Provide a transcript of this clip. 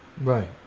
Right